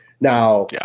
Now